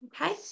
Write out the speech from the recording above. Okay